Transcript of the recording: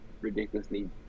ridiculously